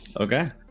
Okay